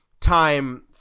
time